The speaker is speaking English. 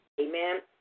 Amen